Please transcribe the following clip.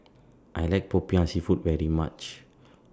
I like Popiah Seafood very much